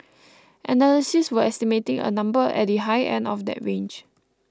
analysts were estimating a number at the high end of that range